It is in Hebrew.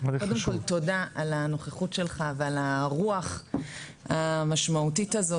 קודם כל תודה על הנוכחות שלך ועל הרוח המשמעותית הזו,